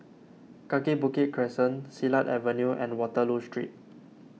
Kaki Bukit Crescent Silat Avenue and Waterloo Street